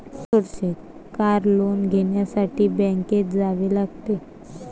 car loan घेण्यासाठी बँकेत जावे लागते